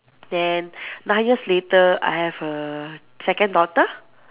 then nine years later I have a second daughter